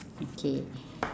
okay